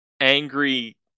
angry